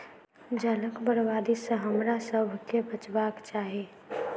जलक बर्बादी सॅ हमरासभ के बचबाक चाही